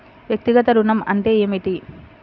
వ్యక్తిగత ఋణం అంటే ఏమిటి?